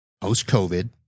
post-COVID